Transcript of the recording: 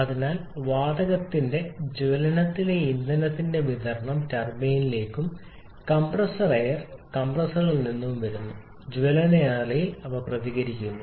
അതിനാൽ വാതകത്തിന്റെ ജ്വലനത്തിലെ ഇന്ധനത്തിന്റെ വിതരണം ടർബൈൻ കംപ്രസ്സർ എയർ കംപ്രസ്സറിൽ നിന്ന് വരുന്നു ജ്വലന അറയിൽ പ്രതികരിക്കുന്നു